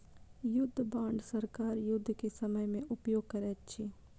युद्ध बांड सरकार युद्ध के समय में उपयोग करैत अछि